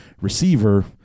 receiver